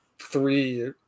three